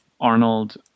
Arnold